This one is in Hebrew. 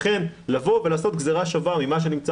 לכן לבוא ולעשות גזרה שווה ממה שנמצא